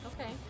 Okay